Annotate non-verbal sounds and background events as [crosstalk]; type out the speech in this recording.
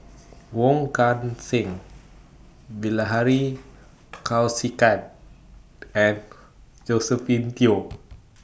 Wong Kan Seng Bilahari [noise] Kausikan and Josephine Teo [noise]